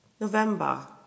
November